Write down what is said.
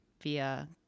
via